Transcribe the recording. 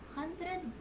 hundred